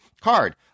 card